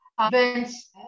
events